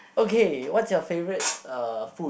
okay what's your favourite uh food